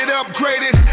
upgraded